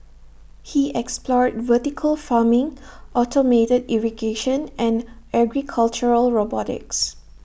he explored vertical farming automated irrigation and agricultural robotics